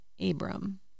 Abram